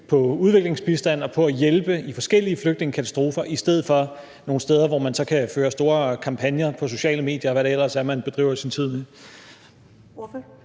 på udviklingsbistand og på at hjælpe i forskellige flygtningekatastrofer i stedet for nogle steder, hvor man så kan føre store kampagner på sociale medier, og hvad det ellers er, man fordriver sin tid